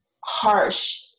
harsh